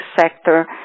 sector